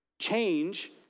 Change